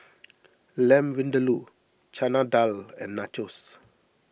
Lamb Vindaloo Chana Dal and Nachos